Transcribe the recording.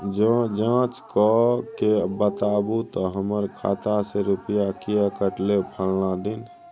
ज जॉंच कअ के बताबू त हमर खाता से रुपिया किये कटले फलना दिन?